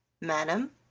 madam,